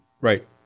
Right